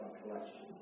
collection